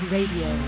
Radio